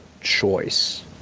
choice